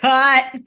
Cut